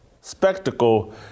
Spectacle